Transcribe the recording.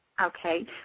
Okay